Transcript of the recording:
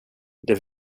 det